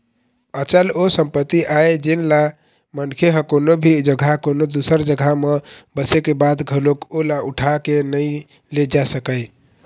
अचल ओ संपत्ति आय जेनला मनखे ह कोनो भी जघा कोनो दूसर जघा म बसे के बाद घलोक ओला उठा के नइ ले जा सकय